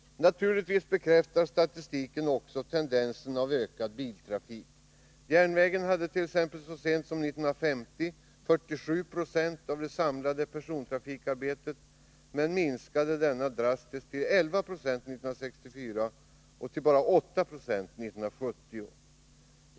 Naturligtvis bekräftar också statistiken tendensen mot ökad biltrafik. Järnvägen hade så sent som 1950 t.ex. 47 96 av det samlade persontrafikarbetet, men minskade 1964 drastiskt denna andel till 11 26 och 1970 till bara 8 70.